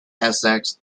essex